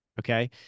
okay